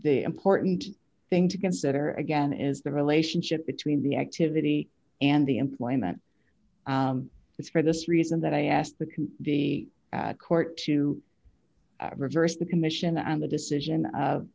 the important thing to consider again is the relationship between the activity and the employment it's for this reason that i asked the can the court to reverse the commission on the decision